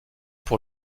pour